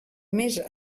més